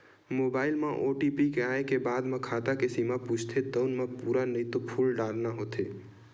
mobile म OTP आए के बाद म खाता के सीमा पूछथे तउन म पूरा नइते फूल डारना होथे